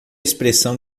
expressão